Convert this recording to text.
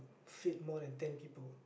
fit more than ten people